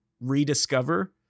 rediscover